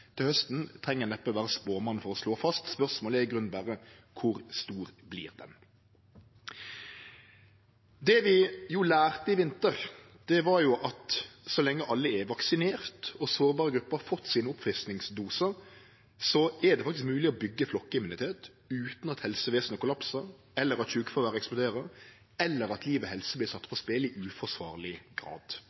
til hausten, treng ein neppe å vere spåmann for å slå fast. Spørsmålet er i grunnen berre: Kor stor vert ho? Det vi lærte i vinter, var at så lenge alle er vaksinerte og sårbare grupper har fått oppfriskingsdosane sine, er det faktisk mogleg å byggje flokkimmunitet utan at helsevesenet kollapsar, eller at sjukefråværet eksploderer, eller at liv og helse vert sette på spel i uforsvarleg grad.